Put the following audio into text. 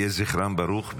יהי זכרם ברוך.